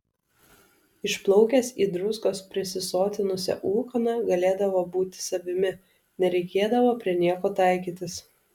išplaukęs į druskos prisisotinusią ūkaną galėdavo būti savimi nereikėdavo prie nieko taikytis